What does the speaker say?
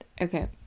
Okay